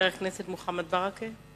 חבר הכנסת מוחמד ברכה.